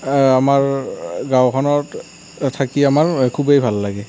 আমাৰ গাঁওখনত থাকি আমাৰ খুবেই ভাল লাগে